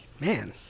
Man